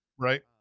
Right